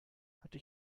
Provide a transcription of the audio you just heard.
hatte